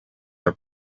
are